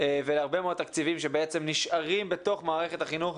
ולהרבה מאוד תקציבים שנשארים במערכת החינוך,